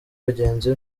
bagenzi